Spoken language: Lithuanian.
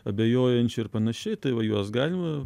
abejojančių ir panašiai tai va juos galima